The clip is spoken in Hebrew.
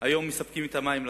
היום מספקות את המים לתושבים.